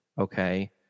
okay